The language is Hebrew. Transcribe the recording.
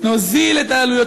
נוזיל את העלויות,